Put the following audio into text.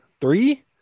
three